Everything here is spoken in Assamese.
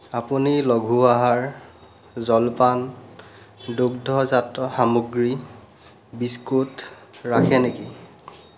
আপুনি লঘু আহাৰ জলপান দুগ্ধজাত সামগ্ৰী বিস্কুট ৰাখে নেকি